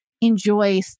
enjoy